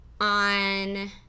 on